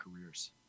careers